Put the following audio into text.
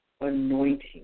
anointing